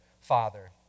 father